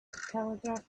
telegraph